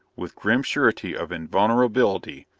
with grim surety of invulnerability,